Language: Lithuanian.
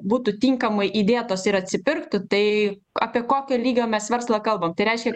būtų tinkamai įdėtos ir atsipirktų tai apie kokio lygio mes verslą kalbam tai reiškia